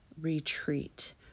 retreat